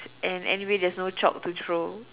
and anyway there's no chalk to throw